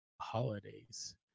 holidays